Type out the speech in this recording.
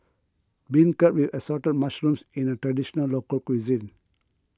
Beancurd with Assorted Mushrooms is a Traditional Local Cuisine